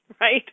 right